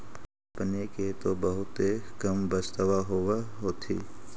अपने के तो बहुते कम बचतबा होब होथिं?